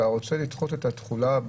אתה רוצה לדחות את התחולה,